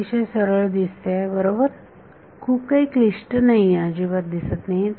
अतिशय सरळ दिसते बरोबर खूप काही क्लिष्ट अजिबात दिसत नाहीये